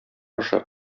ашы